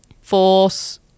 force